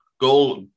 Goal